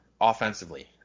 Offensively